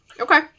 Okay